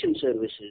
services